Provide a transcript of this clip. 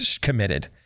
committed